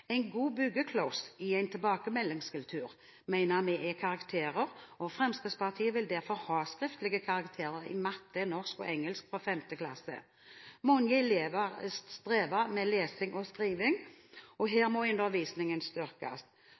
En god byggekloss i en tilbakemeldingskultur mener vi er karakterer, og Fremskrittspartiet vil derfor ha skriftlige karakterer i matte, norsk og engelsk fra 5. klasse. Mange elever strever med lesing og skriving. Her må undervisningen styrkes.